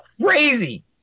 crazy